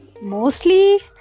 Mostly